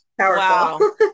Powerful